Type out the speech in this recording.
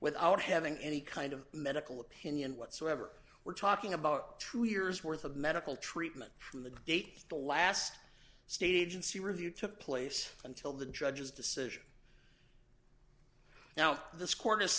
without having any kind of medical opinion whatsoever we're talking about true years worth of medical treatment from the gate the last state agency review took place until the judge's decision now this co